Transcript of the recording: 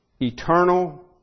eternal